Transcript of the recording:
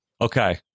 Okay